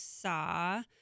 saw